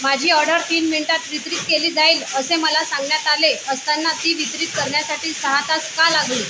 माझी ऑर्डर तीन मिनिटांत वितरित केली जाईल असे मला सांगण्यात आले असताना ती वितरित करण्यासाठी सहा तास का लागले